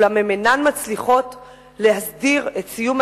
אולם הן אינם מצליחות להסדיר את סיום